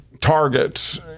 targets